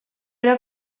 era